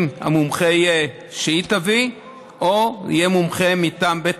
המומחה יהיה זה שהיא תביא או יהיה מומחה מטעם בית